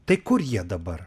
tai kur jie dabar